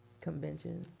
convention